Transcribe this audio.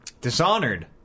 dishonored